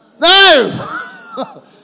No